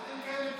האם קיימת תוכנית,